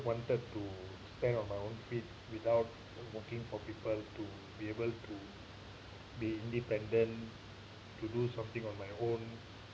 wanted to stand on my own feet without working for people to be able to be independent to do something on my own